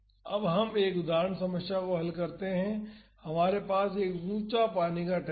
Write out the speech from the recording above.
अब हम एक उदाहरण समस्या को हल करते हैं हमारे पास एक ऊंचा पानी का टैंक है